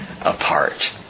apart